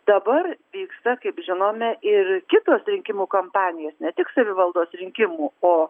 dabar vyksta kaip žinome ir kitos rinkimų kampanijos ne tik savivaldos rinkimų o